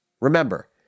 Remember